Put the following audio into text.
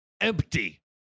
empty